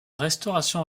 restauration